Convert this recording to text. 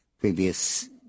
previous